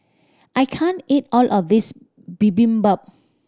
I can't eat all of this Bibimbap